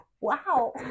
Wow